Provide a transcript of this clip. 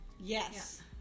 Yes